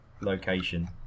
location